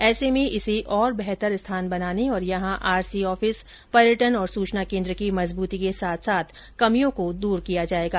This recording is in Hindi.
ऐसे में इसे और बेहतर स्थान बनाने और यहाँ आरसी ऑफिस पर्यटन और सूचना केंद्र की मजबूती के साथ साथ कभियों को दूर किया जायेगा